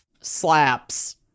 slaps